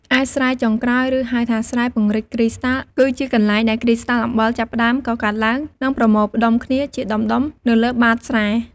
ឯស្រែចុងក្រោយ ឬហៅថាស្រែពង្រីកគ្រីស្តាល់ គឺជាកន្លែងដែលគ្រីស្តាល់អំបិលចាប់ផ្តើមកកើតឡើង និងប្រមូលផ្ដុំគ្នាជាដុំៗនៅលើបាតស្រែ។